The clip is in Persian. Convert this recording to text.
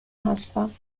هستم